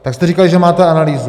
Tak jste říkali, že máte analýzu.